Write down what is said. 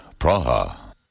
Praha